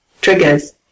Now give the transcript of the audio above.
triggers